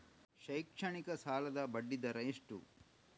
ಶೈಕ್ಷಣಿಕ ಸಾಲದ ಬಡ್ಡಿ ದರ ಎಷ್ಟು?